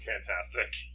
Fantastic